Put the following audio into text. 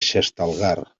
xestalgar